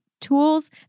tools